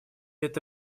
это